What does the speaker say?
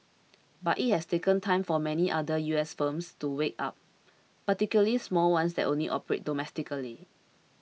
but it has taken time for many other U S firms to wake up particularly small ones that only operate domestically